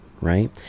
right